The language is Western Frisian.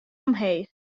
omheech